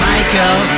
Michael